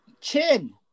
Chin